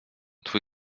twój